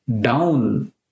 down